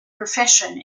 profession